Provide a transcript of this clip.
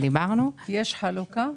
יש חלוקה?